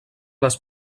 les